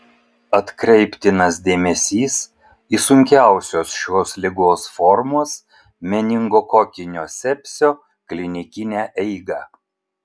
atkreiptinas dėmesys į sunkiausios šios ligos formos meningokokinio sepsio klinikinę eigą